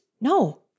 No